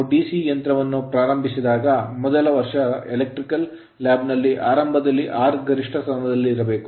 ನಾವು DC ಯಂತ್ರವನ್ನು ಪ್ರಾರಂಭಿಸಿದಾಗ ಮೊದಲ ವರ್ಷದ ಎಲೆಕ್ಟ್ರಿಕಲ್ ಲ್ಯಾಬ್ ನಲ್ಲಿ ಆರಂಭದಲ್ಲಿ R ಗರಿಷ್ಠ ಸ್ಥಾನದಲ್ಲಿರಬೇಕು